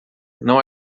não